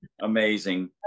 amazing